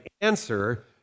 answer